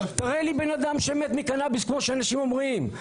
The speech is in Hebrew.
תראה לי בן אדם שמת מקנביס כמו שאנשים אומרים.